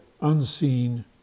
Unseen